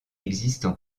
existent